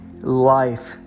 life